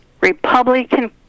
Republican